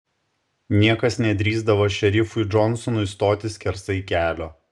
niekas nedrįsdavo šerifui džonsonui stoti skersai kelio